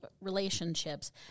relationships